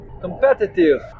competitive